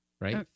Right